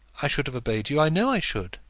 i should have obeyed you. i know i should.